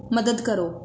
ਮਦਦ ਕਰੋ